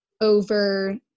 over